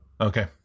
Okay